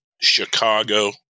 Chicago